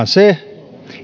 se